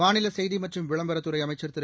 மாநில செய்தி மற்றும் விளம்பரத்துறை அமைச்ச் திரு